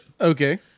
Okay